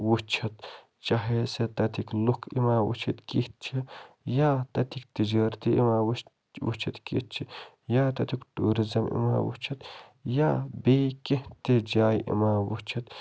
وٕچھتھ چاہیے سُہ تَتیکۍ لُکھ یِما وٕچھتھ کِتھ چھِ یا تَتیکۍ تجٲرتی یِما وٕچھتھ کِتھ چھِ یا تَتیُک ٹیورِزٕم یِما وٕچھتھ یا بیٚیہِ کیٚنٛہہ تِژھ جایہِ یِما وٕچھتھ